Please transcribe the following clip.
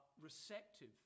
receptive